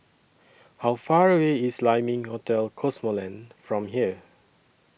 How Far away IS Lai Ming Hotel Cosmoland from here